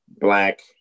black